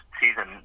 season